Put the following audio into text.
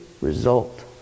result